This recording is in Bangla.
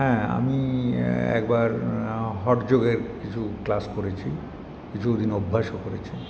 হ্যাঁ আমি একবার হট যোগের কিছু ক্লাস করেছি কিছুদিন অভ্যাসও করেছি